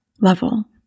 level